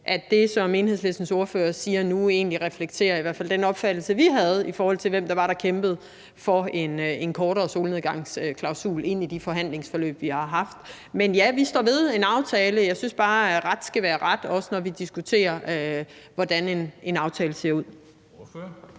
at det, som Enhedslistens ordfører siger nu, egentlig reflekterer i hvert fald den opfattelse, vi havde, i forhold til hvem det var, der kæmpede for en kortere solnedgangsklausul i de forhandlingsforløb, vi har haft. Men ja, vi står ved en aftale. Jeg synes bare, at ret skal være ret, også når vi diskuterer, hvordan en aftale ser ud.